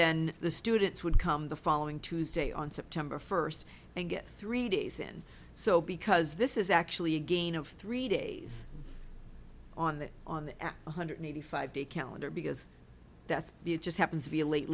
then the students would come the following tuesday on september first and get three days in so because this is actually a gain of three days on the on the f one hundred eighty five day calendar because that's the it just happens to be a late